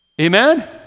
Amen